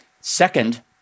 Second